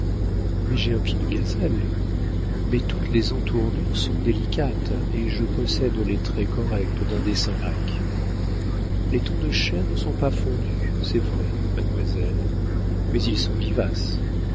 mais j'ai un pied de gazelle mais toutes les entournures sont délicates et je possède les traits corrects d'un dessin grec les tons de chair ne sont pas fondus c'est vrai mademoiselle mais ils sont vivaces